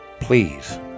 please